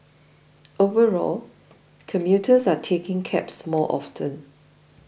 overall commuters are taking cabs more often